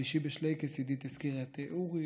"שלישי בשלייקס" עידית הזכירה את אורי,